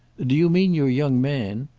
do you mean your young man?